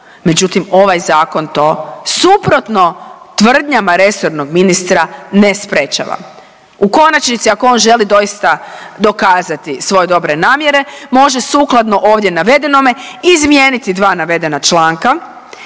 Međutim, ovaj zakon to suprotno tvrdnjama resornog ministra ne sprječava. U konačnici ako on želi doista dokazati svoje dobre namjere može sukladno ovdje navedenome izmijeniti dva navedena članka.